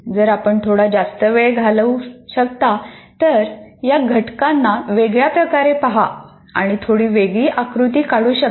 जर आपण थोडा जास्त वेळ घालवू शकता तर या घटकांना वेगळ्या प्रकारे पहा आणि थोडी वेगळी आकृती काढू शकता